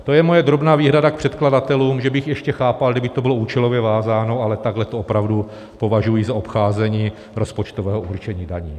To je moje drobná výhrada k předkladatelům že bych ještě chápal, kdyby to bylo účelově vázáno, ale takhle to opravdu považuji za obcházení rozpočtového určení daní.